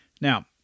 Now